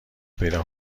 پیدا